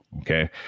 okay